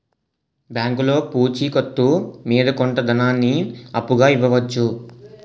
బ్యాంకులో పూచి కత్తు మీద కొంత ధనాన్ని అప్పుగా ఇవ్వవచ్చు